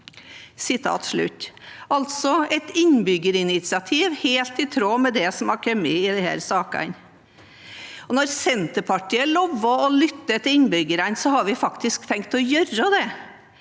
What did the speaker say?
et innbyggerinitiativ helt i tråd med det som har kommet i disse sakene. Når Senterpartiet har lovet å lytte til innbyggerne, har vi faktisk tenkt å gjøre det.